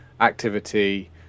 activity